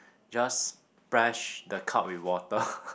just splash the cup with water